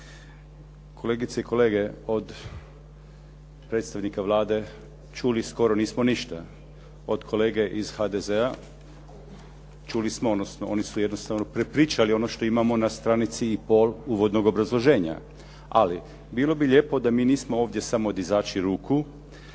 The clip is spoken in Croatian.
Kolegice i kolege, od predstavnika Vlade čuli skoro nismo ništa, od kolege iz HDZ-a čuli smo odnosno oni su jednostavno prepričali ono što imamo na stranici i pol uvodnog obrazloženja. Ali, bilo bi lijepo da mi nismo ovdje samo dizači ruku,